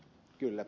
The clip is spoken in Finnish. kyllä